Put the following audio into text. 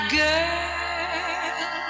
girl